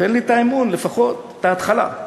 תן לי את האמון, לפחות את ההתחלה.